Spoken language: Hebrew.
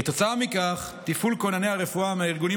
כתוצאה מכך תפעול כונני הרפואה מהארגונים